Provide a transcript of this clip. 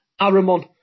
Aramon